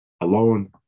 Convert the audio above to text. alone